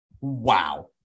Wow